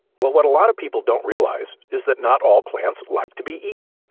what what a lot people don't realize is that not all plants like to be eaten,